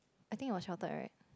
I think it was sheltered right